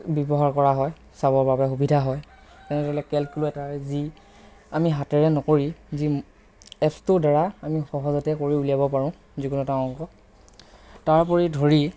ব্য়ৱহাৰ কৰা হয় চাবৰ বাবে সুবিধা হয় তেনে দৰে কেলকুলেটৰ যি আমি হাতেৰে নকৰি যি এপটোৰ দ্বাৰা আমি সহজতে কৰি উলিয়াব পাৰোঁ যিকোনো এটা অংক তাৰ উপৰি ধৰি